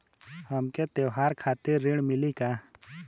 हमके त्योहार खातिर ऋण मिली का?